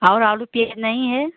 और आलू प्याज़ नहीं हैं